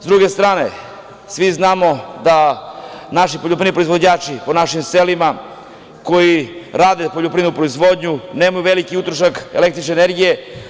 S druge strane, naši poljoprivredni proizvođači u našim selima koji se bave poljoprivrednom proizvodnjom nemaju veliki utrošak električne energije.